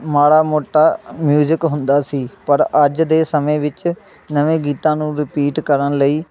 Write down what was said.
ਮਾੜਾ ਮੋਟਾ ਮਿਊਜ਼ਿਕ ਹੁੰਦਾ ਸੀ ਪਰ ਅੱਜ ਦੇ ਸਮੇਂ ਵਿੱਚ ਨਵੇਂ ਗੀਤਾਂ ਨੂੰ ਰਿਪੀਟ ਕਰਨ ਲਈ